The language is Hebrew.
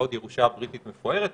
עוד ירושה בריטית מפוארת,